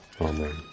Amen